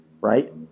right